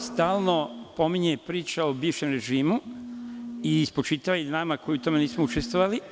Ovde se stalno pominje priča o bivšem režimu i spočitava i nama koji u tome nismo učestvovali.